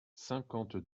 cinquante